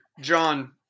John